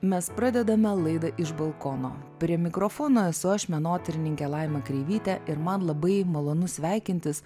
mes pradedame laidą iš balkono prie mikrofono esu aš menotyrininkė laima kreivytė ir man labai malonu sveikintis